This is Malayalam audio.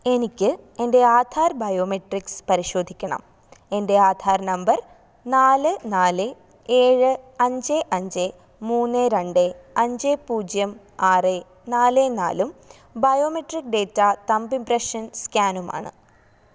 എനിക്ക് എൻ്റെ ആധാർ ബയോമെട്രിക്സ് പരിശോധിക്കണം എൻ്റെ ആധാർ നമ്പർ നാല് നാല് ഏഴ് അഞ്ച് അഞ്ച് മൂന്ന് രണ്ട് അഞ്ച് പൂജ്യം ആറ് നാല് നാലും ബയോമെട്രിക് ഡാറ്റ തമ്പ് ഇംപ്രഷൻ സ്കാനുമാണ്